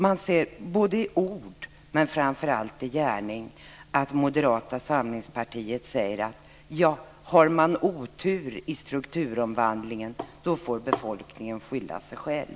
Man märker både i ord och framför allt i gärning att Moderata samlingspartiet anser att "har man otur i strukturomvandlingen får befolkningen skylla sig själv".